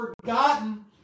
forgotten